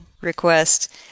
request